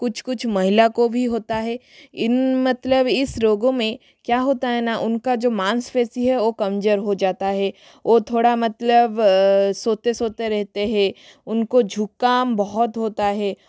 कुछ कुछ महिला को भी होता है इन मतलब इस रोगों में क्या होता है न उनका जो मांसपेशी है वह कमजोर हो जाता है वह थोड़ा मतलब सोते सोते रहते हैं उनको जुकाम बहुत होता है